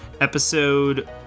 episode